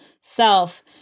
self